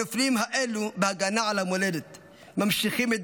הנופלים האלה בהגנה על המולדת ממשיכים את